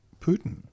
Putin